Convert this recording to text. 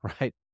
right